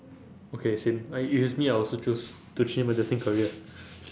okay same like if it's me I'll also choose to change my destined career